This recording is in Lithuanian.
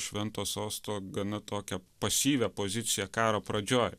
švento sosto gana tokią pasyvią poziciją karo pradžioj